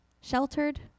sheltered